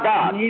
God